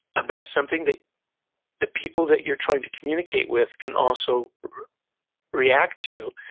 about something that the people that you're trying to communicate with can also react to.